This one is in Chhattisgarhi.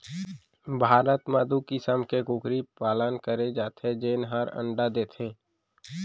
भारत म दू किसम के कुकरी पालन करे जाथे जेन हर अंडा देथे